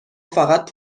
فقط